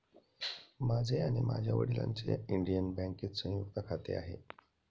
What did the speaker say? माझे आणि माझ्या वडिलांचे इंडियन बँकेत संयुक्त खाते आहे